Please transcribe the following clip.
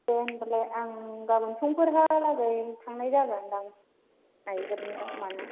दे होनबालाय आं गाबोन संफोरहा लागै थांनाय जागोन दां नायगोरनो मानो